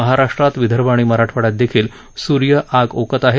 महाराष्ट्रात विदर्भ आणि मराठवाइयात देखील सूर्य आग ओकत आहे